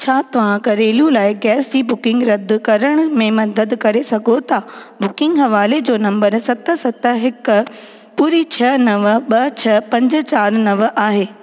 छा तव्हां घरेलू लाइ गैस जी बुकिंग रद्द करण में मदद करे सघो था बुकिंग हवाले जो नम्बर सत सत हिकु ॿुड़ी छ नव ॿ छ पंज चारि नव आहे